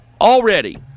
already